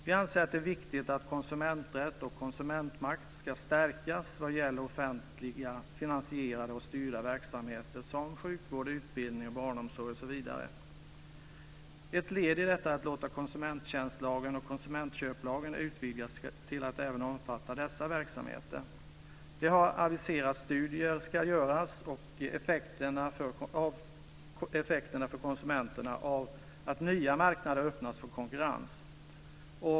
Vi anser att det är viktigt att konsumenträtt och konsumentmakt ska stärkas vad gäller offentligt finansierade och styrda verksamheter som sjukvård, utbildning, barnomsorg osv. Ett led i detta är att låta konsumenttjänstlagen och konsumentköplagen utvidgas till att även omfatta dessa verksamheter. Det har aviserats att studier ska göras av effekterna för konsumenterna av att nya marknader öppnats för konkurrens.